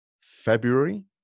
February